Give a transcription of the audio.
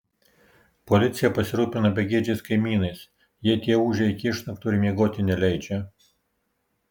policija pasirūpina begėdžiais kaimynais jei tie ūžia iki išnaktų ir miegoti neleidžia